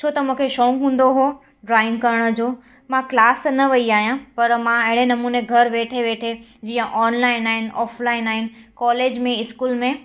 छो त मूंखे शौंक़ु हूंदो हुओ ड्रॉइंग करण जो मां क्लास न वई आहियां पर मां अहिड़े नमूने घर वेठे वेठे जीअं ऑनलाइन आहिनि ऑफलाइन आहिनि कॉलेज में इस्कूल में